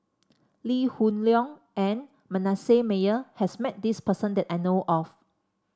Lee Hoon Leong and Manasseh Meyer has met this person that I know of